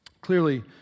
Clearly